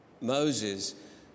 Moses